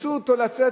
אילצו אותו לצאת,